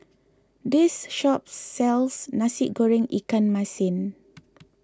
this shop sells Nasi Goreng Ikan Masin